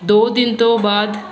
ਦੋ ਦਿਨ ਤੋਂ ਬਾਦ